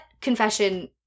confession